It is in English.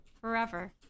Forever